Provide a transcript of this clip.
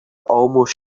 almost